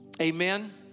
Amen